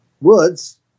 woods